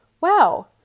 wow